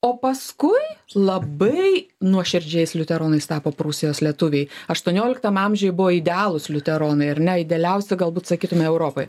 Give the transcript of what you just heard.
o paskui labai nuoširdžiais liuteronais tapo prūsijos lietuviai aštuonioliktam amžiuj buvo idealūs liuteronai ar ne idealiausi galbūt sakytume europoj